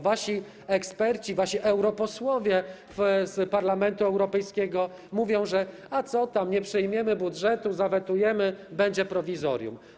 Wasi eksperci, wasi europosłowie z Parlamentu Europejskiego mówią: a co tam, nie przyjmiemy budżetu, zawetujemy, będzie prowizorium.